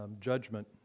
judgment